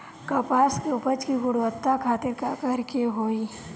कपास के उपज की गुणवत्ता खातिर का करेके होई?